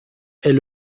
est